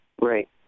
Right